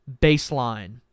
baseline